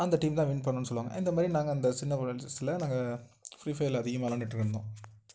அந்த டீம் தான் வின் பண்ணும்னு சொல்லுவாங்கள் இந்த மாதிரி நாங்கள் அந்த சின்ன நாங்கள் ஃப்ரீ ஃபயரில் அதிகமாக விளாண்டுட்டு இருந்தோம்